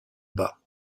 bas